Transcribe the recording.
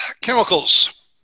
chemicals